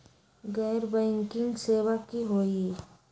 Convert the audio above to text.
गैर बैंकिंग सेवा की होई?